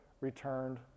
returned